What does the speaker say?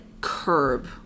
curb